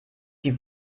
die